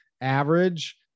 average